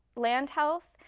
land health,